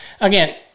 again